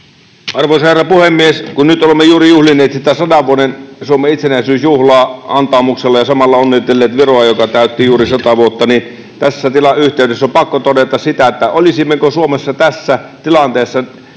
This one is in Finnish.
Arvoisa herra puhemies! Kun nyt olemme juuri juhlineet 100-vuotiaan Suomen itsenäisyysjuhlaa antaumuksella ja samalla onnitelleet Viroa, joka täytti juuri 100 vuotta, niin tässä yhteydessä on pakko todeta, että olisimmeko Suomessa tässä tilanteessa